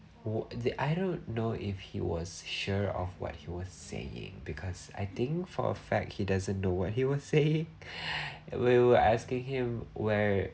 wh~ the I don't know if he was sure of what he was saying because I think for a fact he doesn't know what he was saying when we were asking him where